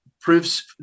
proves